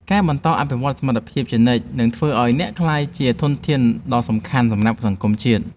ការបន្តអភិវឌ្ឍសមត្ថភាពជានិច្ចនឹងធ្វើឱ្យអ្នកក្លាយជាធនធានដ៏សំខាន់សម្រាប់សង្គមជាតិ។